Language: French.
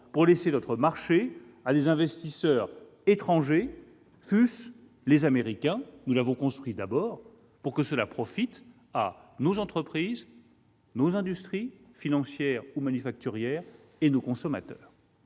pour laisser notre marché à des investisseurs étrangers, fussent-ils américains, mais d'abord pour le profit de nos entreprises, de nos industries financières ou manufacturières et de nos consommateurs.